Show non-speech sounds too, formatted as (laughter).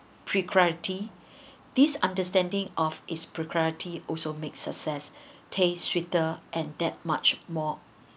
priority this understanding of his priority also make success (breath) taste sweeter and that much more